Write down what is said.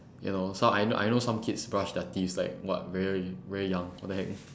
ya know so~ I know I know some kids brush their teeth like what very very young what the heck